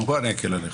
שפט, בוא אני אקל עליך.